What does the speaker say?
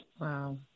wow